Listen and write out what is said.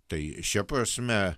tai šia prasme